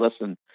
listen